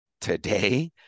today